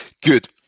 Good